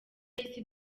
yahise